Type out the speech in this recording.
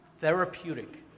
therapeutic